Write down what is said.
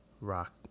rock